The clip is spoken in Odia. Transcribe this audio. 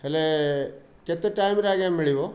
ହେଲେ କେତେ ଟାଇମ୍ରେ ଆଜ୍ଞା ମିଳିବ